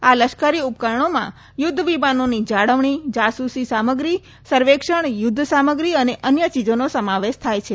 આ લશ્કરી ઉપકરણોમાં યુદ્ધવિમાનોની જાળવણી જાસૂસી સામગ્રી સર્વેક્ષણ યુદ્ધસામગ્રી અને અન્ય ચીજોનો સમાવેશ થાય છે